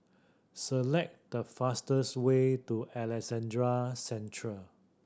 select the fastest way to Alexandra Central